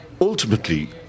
ultimately